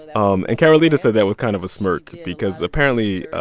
um and carolita said that with kind of a smirk because apparently,